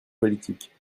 politique